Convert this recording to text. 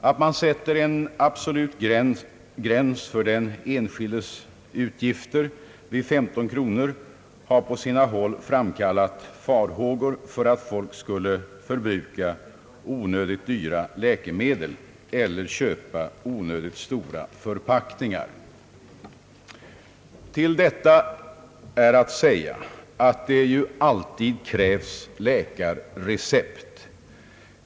Att man sätter en absolut gräns för den enskildes utgifter vid 15 kronor har på sina håll framkallat farhågor för att folk skulle förbruka onödigt dyra läkemedel eller köpa onödigt stora förpackningar. Till detta är att säga att det ju alltid krävs läkarrecept.